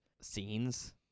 scenes